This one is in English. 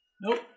Nope